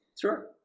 sure